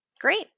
Great